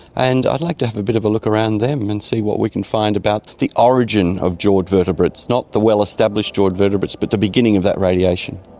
and i'd like to have a bit of a look around them and see what we can find about the origin of jawed vertebrates, not the well-established jawed vertebrates but the beginning of that radiation.